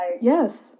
yes